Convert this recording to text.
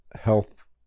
health